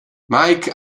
mike